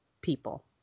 people